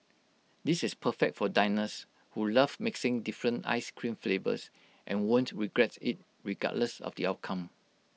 this is perfect for diners who love mixing different Ice Cream flavours and won't regret IT regardless of the outcome